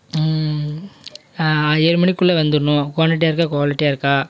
ஏழு மணிக்குள்ளே வந்துடணும் குவான்டிட்டியா இருக்கா குவாலிட்டியா இருக்கா